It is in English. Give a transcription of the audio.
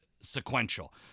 sequential